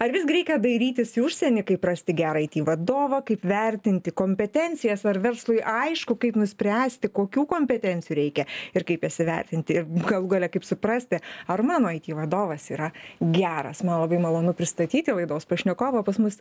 ar visgi reikia dairytis į užsienį kaip rasti gerą aiti vadovą kaip vertinti kompetencijas ar verslui aišku kaip nuspręsti kokių kompetencijų reikia ir kaip jas įvertinti ir galų gale kaip suprasti ar mano aiti vadovas yra geras man labai malonu pristatyti laidos pašnekovą pas mus